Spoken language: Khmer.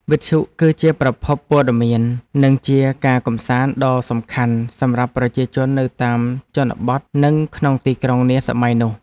វិទ្យុគឺជាប្រភពព័ត៌មាន និងជាការកម្សាន្តដ៏សំខាន់សម្រាប់ប្រជាជននៅតាមជនបទនិងក្នុងទីក្រុងនាសម័យនោះ។